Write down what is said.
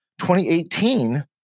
2018